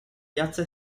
piazza